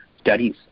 studies